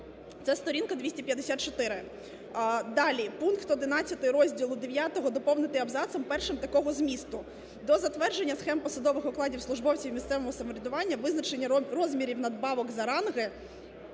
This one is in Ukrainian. Це сторінка 254. Далі. Пункт 11 розділу ІХ доповнити абзацом першим такого змісту: "До затвердження схем посадових окладів службовців місцевого самоврядування, визначення розмірів надбавок за ранги